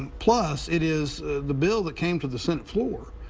and plus, it is the bill that came to the senate floor,